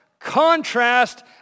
Contrast